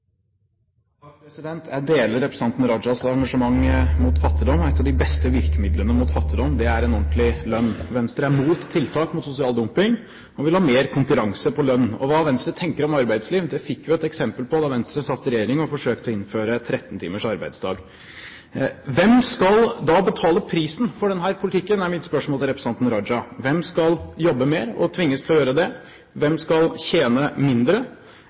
Jeg deler representanten Rajas engasjement mot fattigdom. Et av de beste virkemidlene mot fattigdom er en ordentlig lønn. Venstre er mot tiltak mot sosial dumping og vil ha mer konkurranse når det gjelder lønn. Hva Venstre tenker om arbeidsliv, fikk vi jo et eksempel på da Venstre satt i regjering og forsøkte å innføre 13 timers arbeidsdag. Hvem skal da betale prisen for denne politikken? Det er mitt spørsmål til representanten Raja. Hvem skal jobbe mer og tvinges til å gjøre det? Hvem skal tjene mindre?